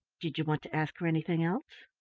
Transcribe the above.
did you want to ask her anything else?